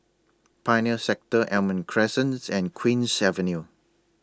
Pioneer Sector Almond Crescent and Queen's Avenue